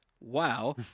Wow